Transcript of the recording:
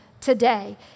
today